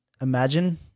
imagine